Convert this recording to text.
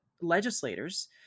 legislators